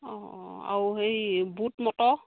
অঁ অঁ আৰু হেৰি বুট মটৰ